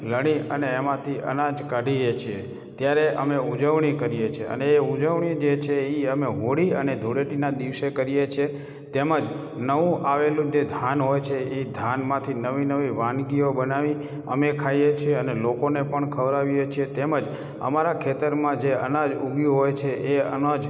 લણી અને એમાંથી અનાજ કાઢીએ છીએ ત્યારે અમે ઉજવણી કરીએ છીએ અને એ ઉજવણી જે છે એ અમે હોળી અને ધુળેટીના દિવસે કરીએ છીએ તેમજ નવું આવેલું જે ધાન હોય છે એ ધાનમાંથી નવી નવી વાનગીઓ બનાવી અમે ખાઈએ છીએ અને લોકોને પણ ખવડાવીએ છીએ તેમજ અમારાં ખેતરમાં જે અનાજ ઉગ્યું હોય છે એ અનાજ